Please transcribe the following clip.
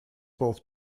both